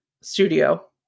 studio